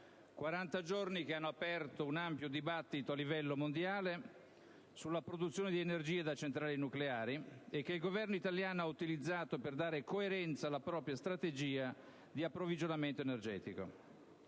giorni che hanno aperto un ampio dibattito a livello mondiale sulla produzione di energia da centrali nucleari, e che il Governo italiano ha utilizzato per dare coerenza alla propria strategia di approvvigionamento energetico.